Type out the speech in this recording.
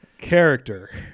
Character